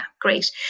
great